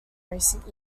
recent